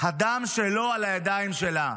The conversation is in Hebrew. הדם שלו על הידיים שלה.